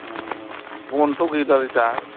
बनआथ' गैथ'वा दा